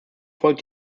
folgt